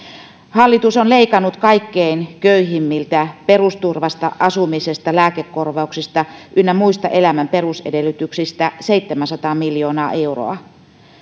hallitus on leikannut kaikkein köyhimmiltä perusturvasta asumisesta lääkekorvauksista ynnä muista elämän perusedellytyksistä seitsemänsataa miljoonaa euroa